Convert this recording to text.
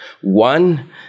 one